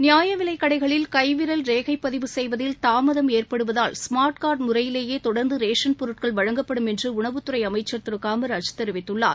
நியாயவிலைக் கடைகளில் கைவிரல் ரேகைபதிவு செய்வதில் தாமதம் ஏற்படுவதால் ஸ்மார்ட் கார்டு ஸ்கேனிங் முறையிலேயேதொடர்ந்தரேஷன் பொருட்கள் வழங்கப்படும் என்றஉணவுத்துறைஅமைச்சர் திருகாமராஜ் தெரிவித்துள்ளார்